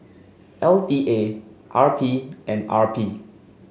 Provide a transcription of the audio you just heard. L T A R P and R P